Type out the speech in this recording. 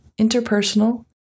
interpersonal